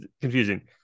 confusing